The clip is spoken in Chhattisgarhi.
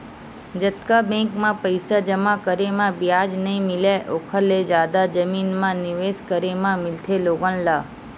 जतका बेंक म पइसा जमा करे म बियाज नइ मिलय ओखर ले जादा जमीन म निवेस करे म मिलथे लोगन ल